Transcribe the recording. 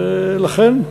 ולכן,